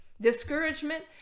discouragement